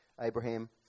Abraham